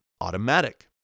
automatic